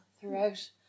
throughout